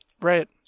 Right